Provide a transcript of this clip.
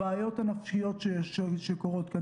הבעיות הנפשיות שקורות כאן,